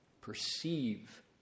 perceive